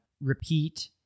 repeat